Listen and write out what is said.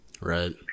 Right